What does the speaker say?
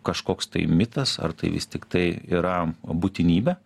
kažkoks tai mitas ar tai vis tiktai yra būtinybė